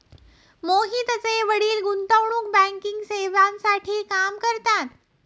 मोहितचे वडील गुंतवणूक बँकिंग सेवांसाठी काम करतात